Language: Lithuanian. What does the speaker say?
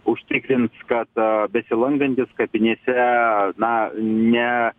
užtikrins kad besilankantys kapinėse na ne